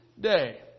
day